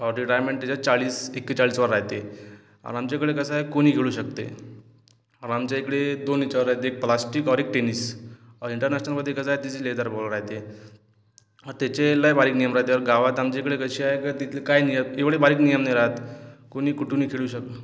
or डी टाइमनं त्याच्या चाळीस एकेचाळीसवर रायते आणि आमच्याकडं कसं आहे कुणीही खेळू शकते आणि आमच्या इकडे दोन याच्यावर राहते एक प्लॅस्टिक ऑर एक टेनिस ऑर इंटरनॅशनलमध्ये कसं आहे तिथं लेदर बॉल राहते त्याचे लई बारीक नियम राहते गावात आमच्याकडे कसे आहे की तिथे काय नाही एवढे बारीक नियम नाही राहत कुणी कुठूनही खेळू शकत